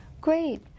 Great